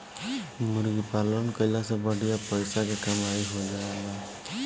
मुर्गी पालन कईला से बढ़िया पइसा के कमाई हो जाएला